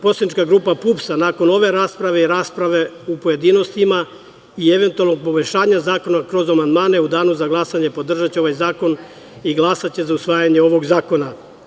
Poslanička grupa PUPS, nakon ove rasprave i rasprave u pojedinostima i eventualnog poboljšanja zakona kroz amandmane, u danu za glasanje podržaće ovaj zakon i glasaće za usvajanje ovog zakona.